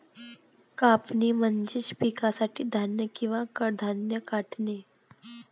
कापणी म्हणजे पिकासाठी धान्य किंवा कडधान्ये काढणे